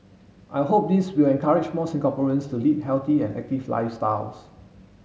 I hope this will encourage more Singaporeans to lead healthy and active lifestyles